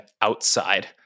outside